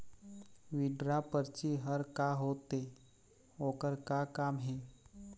Withdraw परची हर का होते, ओकर का काम हे?